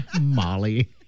Molly